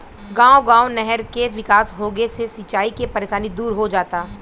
गांव गांव नहर के विकास होंगे से सिंचाई के परेशानी दूर हो जाता